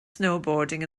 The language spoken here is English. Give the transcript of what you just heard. snowboarding